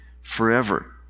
forever